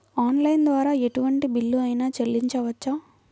Online ద్వారా ఎటువంటి bill అయినా చెల్లించవచ్చా?